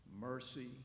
mercy